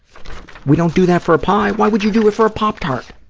we don't do that for a pie. why would you do it for a pop tart?